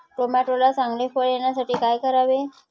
टोमॅटोला चांगले फळ येण्यासाठी काय करावे?